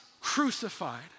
crucified